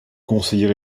conseiller